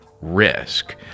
risk